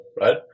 right